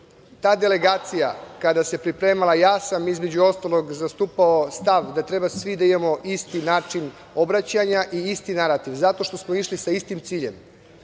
Ta delegacija kada se pripremala, ja sam, između ostalog, zastupao stav da treba svi da imamo isti način obraćanja i isti narativ, a zato što smo išli sa istim ciljem.